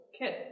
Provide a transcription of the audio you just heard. kid